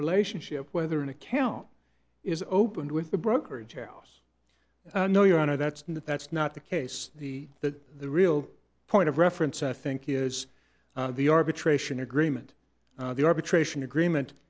relationship whether an account is opened with the brokerage house no your honor that's not that's not the case the the the real point of reference i think is the arbitration agreement the arbitration agreement